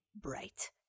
bright